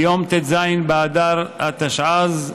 ביום ט"ז באדר התשע"ז,